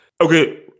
okay